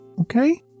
okay